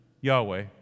Yahweh